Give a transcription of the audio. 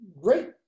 great